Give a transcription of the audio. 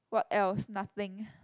what else nothing